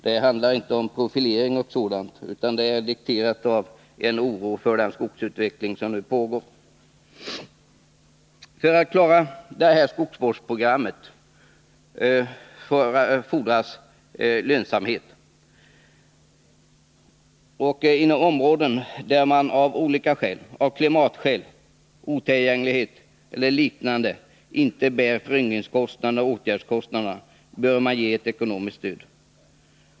Det handlar inte om profilering, utan vårt förslag är dikterat av en oro för den skogsutveckling som nu pågår. För att genomföra detta skogsvårdsprogram fordras lönsamhet. Inom områden där man av olika skäl, som klimatförhållanden, otillgänglighet och liknande, inte bär föryngringskostnaderna och åtgärdskostnaderna bör det ges ett ekonomiskt stöd.